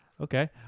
okay